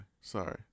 Sorry